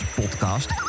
podcast